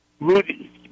Rudy